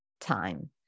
time